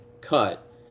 cut